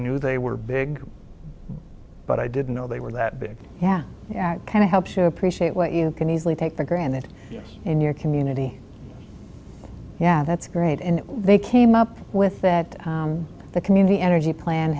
knew they were big but i didn't know they were that big yeah kind of helps to appreciate what you can easily take for granted in your community yeah that's great and they came up with that the community energy plan